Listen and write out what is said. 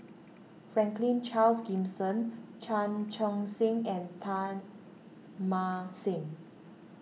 Franklin Charles Gimson Chan Chun Sing and Teng Mah Seng